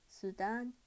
Sudan